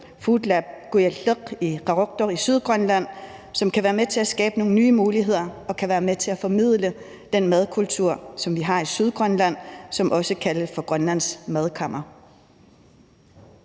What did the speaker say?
Foodlab Kujalleq i Qaqortoq i Sydgrønland, som kan være med til at skabe nogle nye muligheder og kan være med til at formidle den madkultur, som vi har i Sydgrønland, som også kaldes Grønlands madkammer.